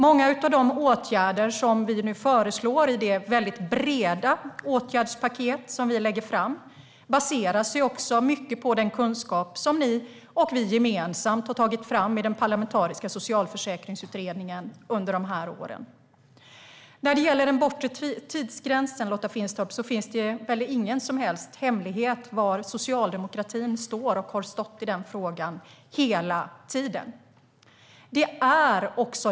Många av de åtgärder som vi nu föreslår i det väldigt breda åtgärdspaket som vi lägger fram baseras på mycket av den kunskap som ni och vi gemensamt har tagit fram i den parlamentariska Socialförsäkringsutredningen. När det gäller den bortre tidsgränsen, Lotta Finstorp, är det ingen som helst hemlighet var socialdemokratin står och hela tiden har stått i den frågan.